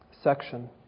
section